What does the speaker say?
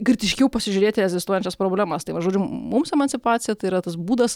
kritiškiau pasižiūrėti į egzistuojančias problemas tai va žodžiu mums emancipacija tai yra tas būdas